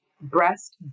breast